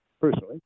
personally